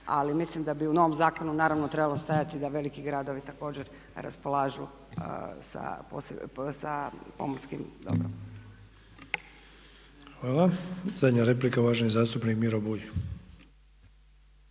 ali mislim da bi u novom zakonu naravno trebalo stajati da veliki gradovi također raspolažu sa pomorskim dobrom. **Sanader, Ante (HDZ)** Hvala. Zadnja replika, uvaženi zastupnik Miro Bulj.